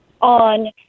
on